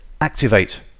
Activate